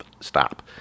stop